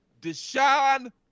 Deshaun